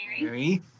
Mary